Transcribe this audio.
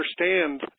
understand